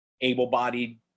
able-bodied